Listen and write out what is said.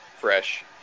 fresh